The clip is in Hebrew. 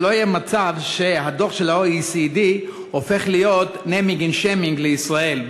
שלא יהיה מצב שהדוח של OECD הופך להיות naming and shaming לישראל,